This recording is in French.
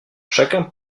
chacun